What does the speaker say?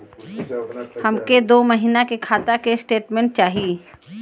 हमके दो महीना के खाता के स्टेटमेंट चाही?